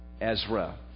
Ezra